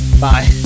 Bye